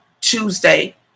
Tuesday